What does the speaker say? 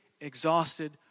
exhausted